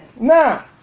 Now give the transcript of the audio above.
Now